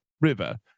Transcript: river